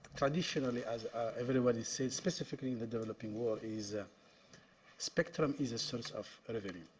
traditionally, as everybody sees, specifically in the developing world, is ah spectrum is a source of revenue.